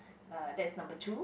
uh that's number two